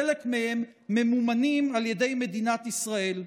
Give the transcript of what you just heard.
חלק מהם ממומנים על ידי מדינת ישראל.